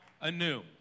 anew